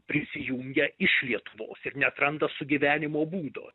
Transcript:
prisijungia iš lietuvos ir neatranda sugyvenimo būdo